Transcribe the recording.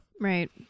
Right